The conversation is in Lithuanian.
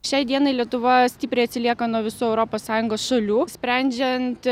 šiai dienai lietuvoje stipriai atsilieka nuo visų europos sąjungos šalių sprendžiant